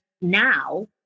now